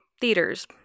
theaters